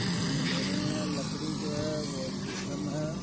جی میرے یہاں لکڑی جو ہے وہ شیشم ہے